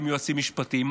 עם יועצים משפטיים?